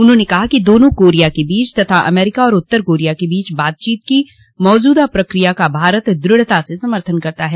उन्होंने कहा कि दोनों कोरिया के बीच तथा अमरीका और उत्तर कोरिया के बीच बातचीत की मौजूदा प्रक्रिया का भारत दृढ़ता से समर्थन करता है